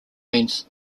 means